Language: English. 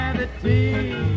Gravity